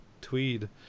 Tweed